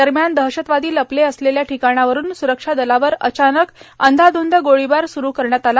दरम्यान दहशतवादी लपले असलेल्या टिकाणावरून सुरक्षा दलावर अचानक अंधाध्रंद गोळीबार सुरू करण्यात आला